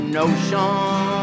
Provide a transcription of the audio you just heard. notion